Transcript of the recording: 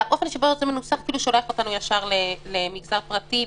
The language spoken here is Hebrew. האופן שבו זה מנוסח כאילו שולח אותנו ישר למגזר הפרטי.